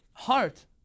heart